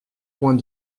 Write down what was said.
points